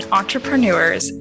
entrepreneurs